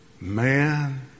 Man